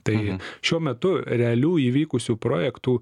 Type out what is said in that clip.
tai šiuo metu realių įvykusių projektų